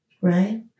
Right